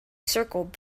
circled